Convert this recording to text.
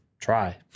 try